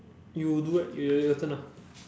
you do eh your your turn ah